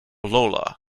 lola